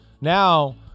Now